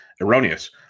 erroneous